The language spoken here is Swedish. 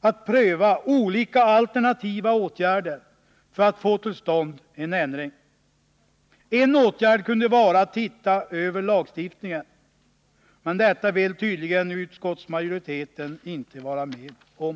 att olika alternativa åtgärder skall prövas för att få till stånd en ändring. En åtgärd kunde vara att se över lagstiftningen, men detta vill utskottsmajoriteten inte vara med om.